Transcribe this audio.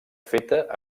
feta